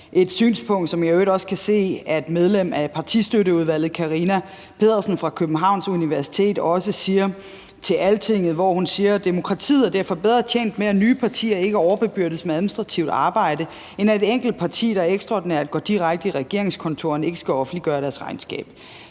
et synspunkt, som jeg i øvrigt også kan se at medlem af Partistøtteudvalget Karina Kosiara-Pedersen fra Københavns Universitet har udtalt i Altinget, hvor hun siger: »Derfor er demokratiet bedre tjent med, at nye partier ikke overbebyrdes med administrativt arbejde, end at et enkelt parti, der ekstraordinært går direkte i regeringskontorerne, ikke skal offentliggøre deres regnskab.«